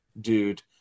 dude